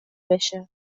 بشه